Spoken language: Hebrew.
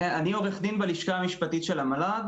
אני עורך דין בלשכה המשפטית של המל"ג.